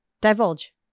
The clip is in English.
Divulge